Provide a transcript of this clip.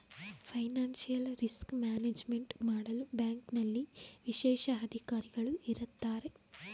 financial risk management ಮಾಡಲು ಬ್ಯಾಂಕ್ನಲ್ಲಿ ವಿಶೇಷ ಅಧಿಕಾರಿಗಳು ಇರತ್ತಾರೆ